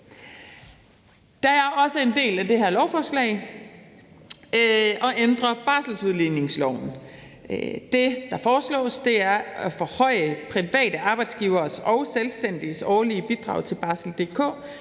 Det er også en del af det her lovforslag at ændre barselsudligningsloven. Det, der foreslås, er at forhøje private arbejdsgiveres og selvstændiges årlige bidrag til Barsel.dk